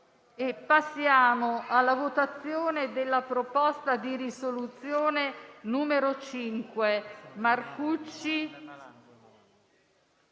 Passiamo alla votazione della proposta di risoluzione n. 2.